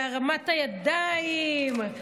והרמת הידיים,